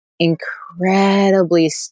incredibly